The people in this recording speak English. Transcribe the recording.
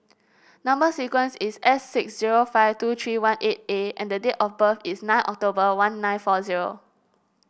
number sequence is S six zero five two three one eight A and the date of birth is nine October one nine four zero